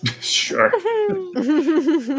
Sure